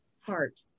heart